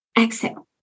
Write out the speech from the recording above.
Exhale